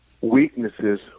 weaknesses